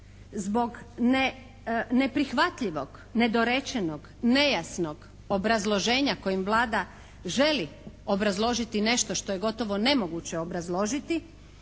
zbog neprihvatljivog, nedorečenog, nejasnog obrazloženja kojim Vlada želi obrazložiti nešto što je gotovo nemoguće obrazložiti